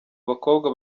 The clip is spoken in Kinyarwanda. bakobwa